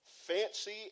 fancy